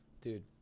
Dude